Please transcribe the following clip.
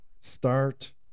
start